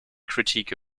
critique